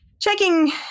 checking